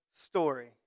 story